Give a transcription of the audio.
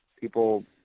People